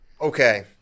Okay